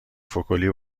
فکلی